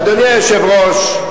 אדוני היושב-ראש,